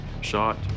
shot